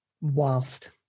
whilst